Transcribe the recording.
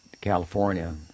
California